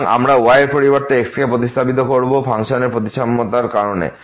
সুতরাং আমরা y এর পরিবর্তে x কে প্রতিস্থাপিত করব ফাংশনের প্রতিসাম্যতার কারণে